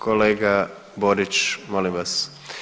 Kolega Borić molim vas.